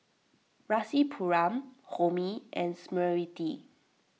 Rasipuram Homi and Smriti